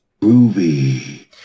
groovy